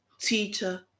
teacher